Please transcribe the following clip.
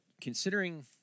considering